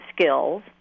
skills